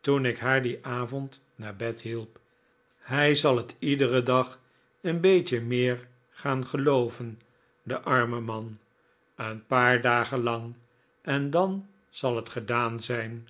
toen ik haar dien avond naar bed hielp hij zal het iederen dag een beetje meer gaan gelooven de arme man een paar dagen lang en dan zal het gedaan zijn